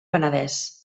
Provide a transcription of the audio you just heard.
penedès